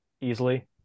easily